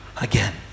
again